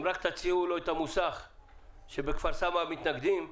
אם רק תציעו לו את המוסך שבכפר-סבא מתנגדים לו,